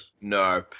no